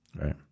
right